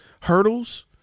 hurdles